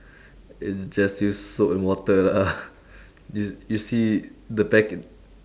just use soap and water lah you you see the packe~